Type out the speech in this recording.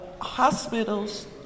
hospitals